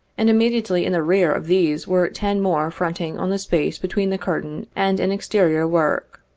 and immediately in the rear of these were ten more fronting on the space between the curtain and an exterior work.